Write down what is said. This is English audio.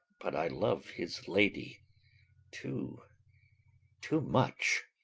but i love his lady too too much,